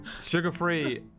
Sugar-free